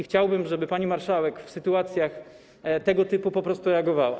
Chciałbym, żeby pani marszałek w sytuacjach tego typu po prostu reagowała.